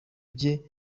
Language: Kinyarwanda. bye